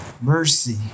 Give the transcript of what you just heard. mercy